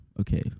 okay